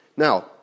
Now